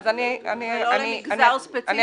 זה לא למגזר ספציפי, אלא באופן כללי.